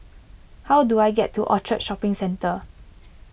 how do I get to Orchard Shopping Centre